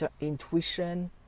intuition